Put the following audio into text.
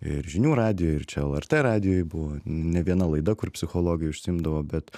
ir žinių radijuj ir čia lrt radijuj buvo ne viena laida kur psichologai užsiimdavo bet